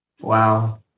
Wow